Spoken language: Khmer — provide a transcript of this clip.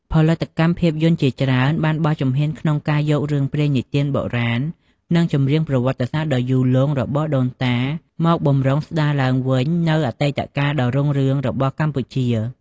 ផលិតកម្មភាពយន្តជាច្រើនបានបោះជំហានក្នុងការយករឿងព្រេងនិទានបុរាណ និងចម្រៀងប្រវត្តិសាស្ត្រដ៏យូរលង់របស់ដូនតា មកបម្រុងស្ដារឡើងវិញនូវអតីតកាលដ៏រុងរឿងរបស់កម្ពុជា។